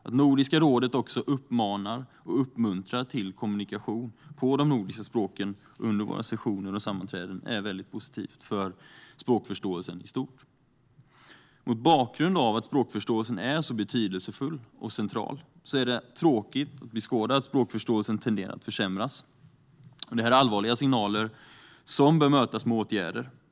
Att Nordiska rådet också uppmanar och uppmuntrar till kommunikation på de nordiska språken under våra sessioner och sammanträden är väldigt positivt för språkförståelsen i stort. Mot bakgrund av att språkförståelsen är så betydelsefull och central är det tråkigt att beskåda att språkförståelsen tenderar att försämras. Det är allvarliga signaler som bör mötas med åtgärder.